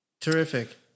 Terrific